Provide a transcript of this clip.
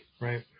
right